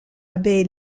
abbé